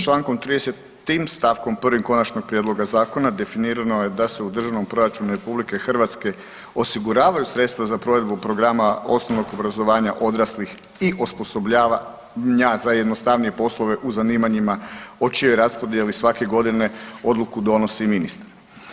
Člankom 30. stavkom 1. konačnog prijedloga zakona definirano je da se u Državnom proračunu RH osiguravaju sredstva za provedbu programa osnovnog obrazovanja odraslih i osposobljavanja za jednostavnije poslove u zanimanjima o čijoj raspodjeli svake godine donosi ministar.